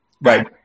right